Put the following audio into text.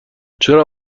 چرا